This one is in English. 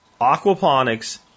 aquaponics